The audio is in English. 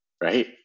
Right